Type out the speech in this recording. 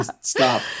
stop